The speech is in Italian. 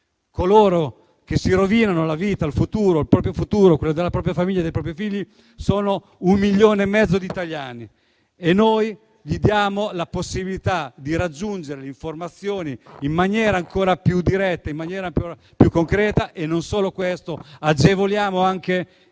Coloro che si rovinano la vita, il proprio futuro e quello della propria famiglia e dei propri figli con l'azzardopatia, sono un milione e mezzo di italiani e noi diamo loro la possibilità di raggiungere le informazioni in maniera ancora più diretta, in maniera ancora più concreta; non solo questo, ma agevoliamo anche